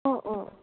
অঁ অঁ